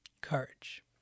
courage